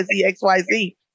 XYZ